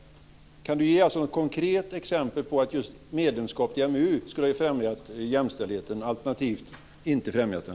Kan Helena Bargholtz ge ett konkret exempel på att just medlemskapet i EMU skulle ha främjat jämställdheten alternativt inte främjat den?